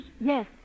Yes